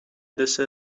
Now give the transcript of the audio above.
دسر